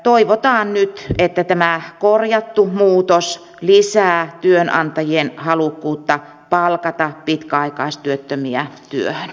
toivotaan nyt että tämä korjattu muutos lisää työnantajien halukkuutta palkata pitkäaikaistyöttömiä työhön